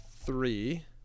three